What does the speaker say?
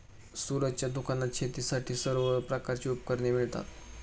सूरजच्या दुकानात शेतीसाठीची सर्व प्रकारची उपकरणे मिळतात